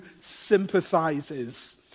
sympathizes